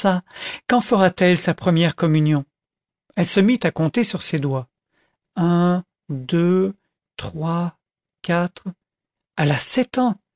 quand fera-t-elle sa première communion elle se mit à compter sur ses doigts un deux trois quatre elle a sept ans